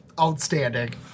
outstanding